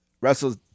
wrestles